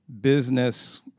business